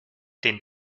den